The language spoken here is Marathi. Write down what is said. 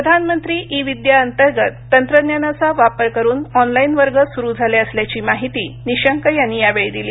प्रधानमंत्री ई विद्या अंतर्गत तंत्रज्ञानाचा वापर करून ऑनलाईन वर्ग सुरू झाले असल्याची माहिती निशंक यांनी यावेळी दिली